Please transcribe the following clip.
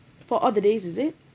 for all the days is it